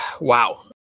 wow